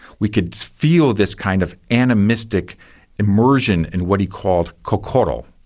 we could feel this kind of animistic immersion in what he called kokoro,